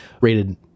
rated